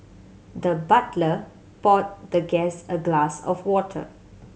the butler poured the guest a glass of water